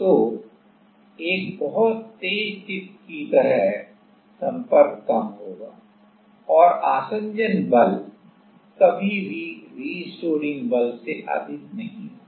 तो एक बहुत तेज टिप की तरह संपर्क कम होगा और आसंजन बल कभी भी रीस्टोरिंग बल से अधिक नहीं होगा